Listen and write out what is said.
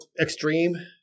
extreme